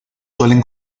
suelen